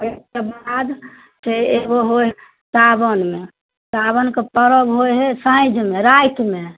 पातरिके बाद फेर एगो होइए सावनमे सावनके परब होइए साँझमे रातिमे